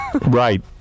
right